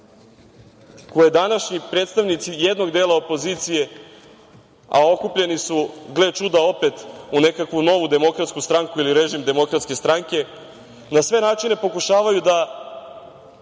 koje današnji predstavnici jednog dela opozicije, a okupljeni su, gle čuda, opet u nekakvu novu Demokratsku stranku ili režim Demokratske stranke, na sve načine pokušavaju da